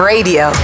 Radio